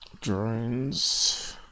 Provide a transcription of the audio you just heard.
Drones